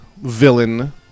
villain